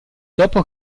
dopo